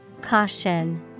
Caution